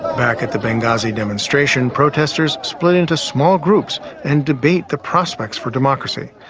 back at the benghazi demonstration, protesters split into small groups and debate the prospects for democracy.